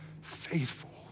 faithful